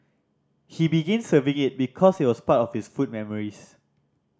he begin serving it because it was part of his food memories